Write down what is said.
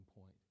point